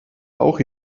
auch